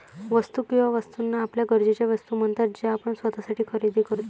वस्तू किंवा वस्तूंना आपल्या गरजेच्या वस्तू म्हणतात ज्या आपण स्वतःसाठी खरेदी करतो